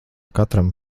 katram